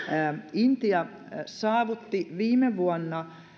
intia saavutti viime vuonna